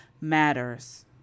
matters